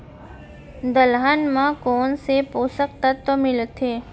दलहन म कोन से पोसक तत्व मिलथे?